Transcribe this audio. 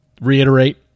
reiterate